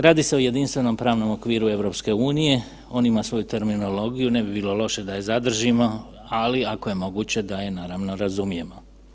Radi se o jedinstvenom pravnom okviru EU-e, on ima svoju terminologiju, ne bi bilo loše da je zadržimo, ali kao je moguće, da je naravno, razumijemo.